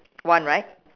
one right